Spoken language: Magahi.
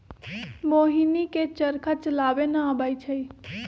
मोहिनी के चरखा चलावे न अबई छई